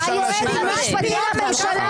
מה זה פרקטיקת סתימת הפיות המטורפת הזאת?